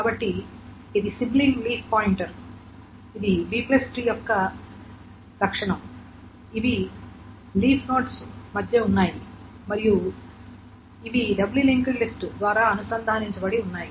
కాబట్టి ఇది sibling leaf pointer ఇది B ట్రీ యొక్క లక్షణం ఇవి లీఫ్ నోడ్స్ మధ్య ఉన్నాయి మరియు ఇవి డబ్లీ లింక్డ్ లిస్ట్ ద్వారా అనుసంధానించబడి ఉన్నాయి